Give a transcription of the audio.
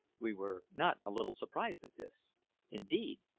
we were not a little surprised at this indeed,